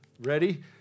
ready